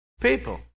people